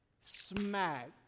Smack